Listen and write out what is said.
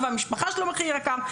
והמשפחה שלו משלמת מחיר יקר.